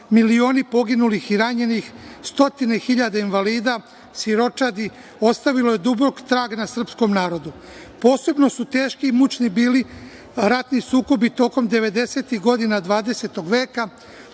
milioni poginulih i ranjenih, stotine hiljada invalida, siročadi ostavilo je dubok trag na srpskom narodu. Posebno su teški i mučni bili ratni sukobi tokom 90-ih godina 20. veka,